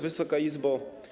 Wysoka Izbo!